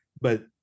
but-